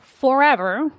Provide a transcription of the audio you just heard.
forever